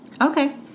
Okay